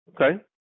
Okay